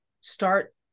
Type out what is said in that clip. start